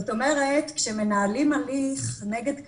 זאת אומרת, כאשר מנהלים הליך נגד קטין,